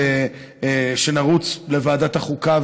שנרוץ לוועדת החוקה,